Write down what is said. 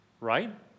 Right